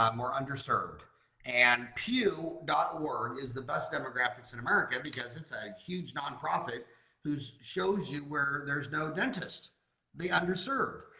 um were underserved and pew dot org is the best demographics in america because it's a huge nonprofit whose shows you where there's no dentist the underserved,